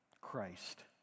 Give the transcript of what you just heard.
Christ